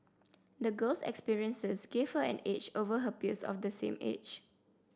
the girl's experiences gave her an edge over her peers of the same age